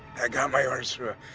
i got my orders through a.